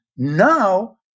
Now